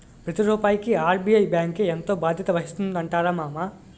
ప్రతి రూపాయికి ఆర్.బి.ఐ బాంకే ఎంతో బాధ్యత వహిస్తుందటరా మామా